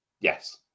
Yes